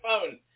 phone